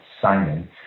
Simon